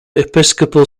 episcopal